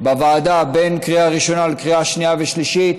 בוועדה בין קריאה ראשונה לקריאה שנייה ושלישית,